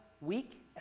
week